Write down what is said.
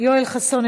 יואל חסון,